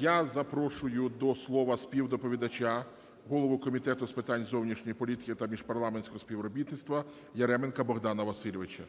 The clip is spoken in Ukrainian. Я запрошую до слова співдоповідача голову Комітету з питань зовнішньої політики та міжпарламентського співробітництва Яременка Богдана Васильовича.